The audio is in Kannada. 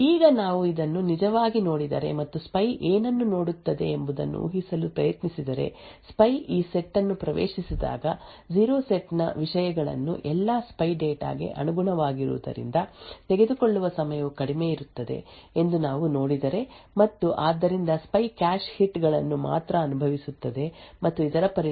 ಈಗ ನಾವು ಇದನ್ನು ನಿಜವಾಗಿ ನೋಡಿದರೆ ಮತ್ತು ಸ್ಪೈ ಏನನ್ನು ನೋಡುತ್ತದೆ ಎಂಬುದನ್ನು ಊಹಿಸಲು ಪ್ರಯತ್ನಿಸಿದರೆ ಸ್ಪೈ ಈ ಸೆಟ್ ಅನ್ನು ಪ್ರವೇಶಿಸಿದಾಗ 0 ಸೆಟ್ ನ ವಿಷಯಗಳು ಎಲ್ಲಾ ಸ್ಪೈ ಡೇಟಾ ಗೆ ಅನುಗುಣವಾಗಿರುವುದರಿಂದ ತೆಗೆದುಕೊಳ್ಳುವ ಸಮಯವು ಕಡಿಮೆಯಿರುತ್ತದೆ ಎಂದು ನಾವು ನೋಡಿದರೆ ಮತ್ತು ಆದ್ದರಿಂದ ಸ್ಪೈ ಕ್ಯಾಶ್ ಹಿಟ್ ಗಳನ್ನು ಮಾತ್ರ ಅನುಭವಿಸುತ್ತದೆ ಮತ್ತು ಇದರ ಪರಿಣಾಮವಾಗಿ ಸೆಟ್ 0 ಗಾಗಿ ಪ್ರವೇಶ ಸಮಯ ಕಡಿಮೆ ಇರುತ್ತದೆ